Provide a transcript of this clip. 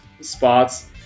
spots